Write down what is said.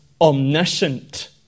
omniscient